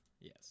yes